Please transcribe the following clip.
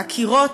הקירות,